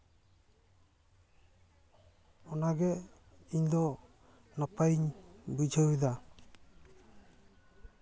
ᱚᱱᱟᱜᱮ ᱤᱧ ᱫᱚ ᱱᱟᱯᱟᱭᱤᱧ ᱵᱩᱡᱷᱟᱹᱣᱮᱫᱟ